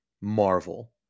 marvel